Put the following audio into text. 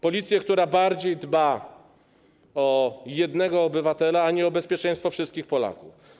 Policję, która bardziej dba o jednego obywatela niż o bezpieczeństwo wszystkich Polaków.